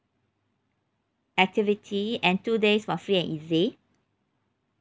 activity and two days for free and easy